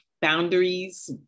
boundaries